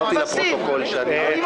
פנינה, אני